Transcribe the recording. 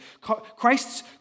Christ's